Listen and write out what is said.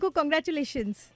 Congratulations